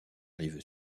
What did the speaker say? rive